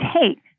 take